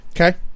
Okay